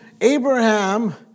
Abraham